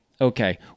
Okay